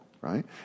right